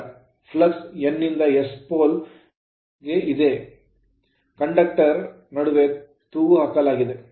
flux flux ಪಥವು N ನಿಂದ S pole pole ಗೆ ಇದೆ conductor ಕಂಡಕ್ಟರ್ ಗಳನ್ನು ನಡುವೆ ತೂಗುಹಾಕಲಾಗಿದೆ